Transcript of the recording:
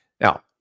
now